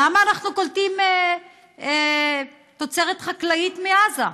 למה אנחנו קולטים תוצרת חקלאית מעזה?